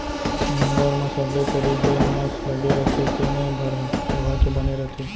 नंगर म सबले तरी जेन नस लगे रथे तेने भर ह लोहा के बने रथे